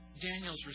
Daniel's